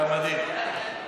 אתה מדהים.